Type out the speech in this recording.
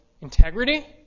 integrity